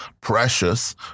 Precious